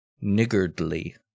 niggardly